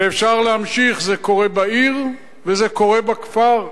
ואפשר להמשיך, זה קורה בעיר וזה קורה בכפר.